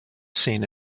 seen